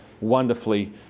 wonderfully